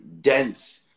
dense